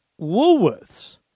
Woolworths